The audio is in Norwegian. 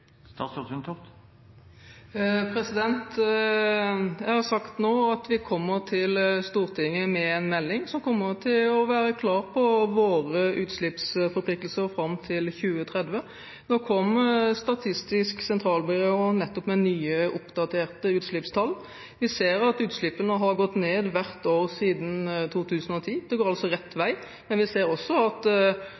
enn EU? Jeg har sagt nå at vi kommer til Stortinget med en melding som kommer til å være klar på våre utslippsforpliktelser fram til 2030. Nå kom Statistisk sentralbyrå nettopp med nye, oppdaterte utslippstall. Vi ser at utslippene har gått ned hvert år siden 2010. Det går altså rett vei, men vi ser også at